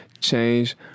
change